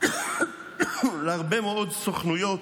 להרבה מאוד סמכויות,